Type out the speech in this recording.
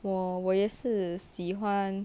我我也是喜欢